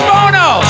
Bono